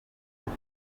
kuko